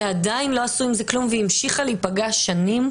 ועדיין לא עשו עם זה כלום והיא המשיכה להיפגע שנים,